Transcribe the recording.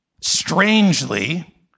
strangely